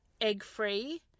egg-free